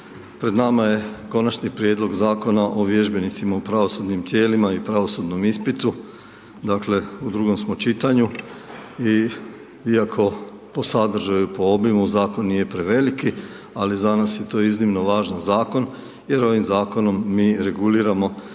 Pred nama je Konačni prijedlog Zakona o vježbenicima u pravosudnim tijelima i pravosudnom ispitu, dakle u drugom smo čitanju i iako po sadržaju, po obimu, zakon nije preveliki, ali za nas je to iznimno važan zakona, jer ovim zakonom mi reguliramo